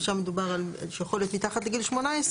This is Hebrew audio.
ושם דובר על שהוא לא יכול להיות מתחת לגיל 18,